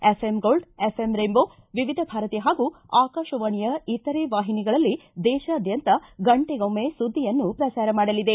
FM gold FM rainbow Vividh Bharati ಹಾಗೂ ಆಕಾಶವಾಣಿಯ ಇತರ ವಾಹಿನಿಗಳಲ್ಲಿ ದೇತಾದ್ಯಂತ ಗಂಟೆಗೊಮ್ಮೆ ಸುದ್ದಿಯನ್ನು ಪ್ರಸಾರ ಮಾಡಲಿದೆ